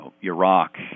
Iraq